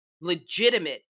legitimate